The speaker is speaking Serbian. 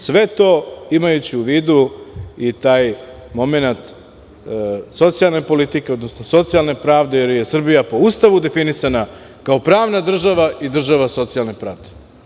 Sve to imajući u vidu i taj momenata socijalne politike, odnosno socijalne pravde, jer je Srbija po Ustavu definisana kao pravna država i država socijalne pravde.